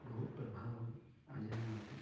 बहु प्रभावम् अजनयत्